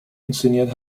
inszeniert